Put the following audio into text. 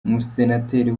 umusenateri